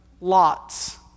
Lots